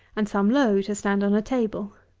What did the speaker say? and some low, to stand on a table.